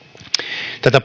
tätä